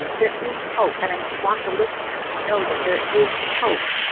there is hope. and i want the listener to know that there is hope,